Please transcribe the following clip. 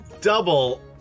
double